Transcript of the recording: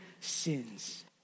sins